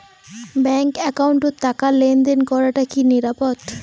Bank একাউন্টত টাকা লেনদেন করাটা কি নিরাপদ?